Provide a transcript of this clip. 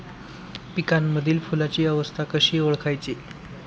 पिकांमधील फुलांची अवस्था कशी ओळखायची?